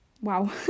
Wow